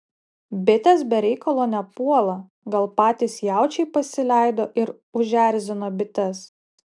bitės be reikalo nepuola gal patys jaučiai pasileido ir užerzino bites